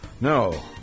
no